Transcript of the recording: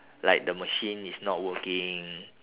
like the machine is not working